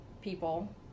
people